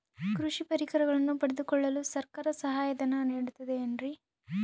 ಕೃಷಿ ಪರಿಕರಗಳನ್ನು ಪಡೆದುಕೊಳ್ಳಲು ಸರ್ಕಾರ ಸಹಾಯಧನ ನೇಡುತ್ತದೆ ಏನ್ರಿ?